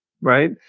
right